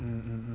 mm